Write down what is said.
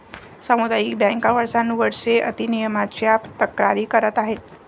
सामुदायिक बँका वर्षानुवर्षे अति नियमनाच्या तक्रारी करत आहेत